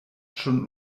schon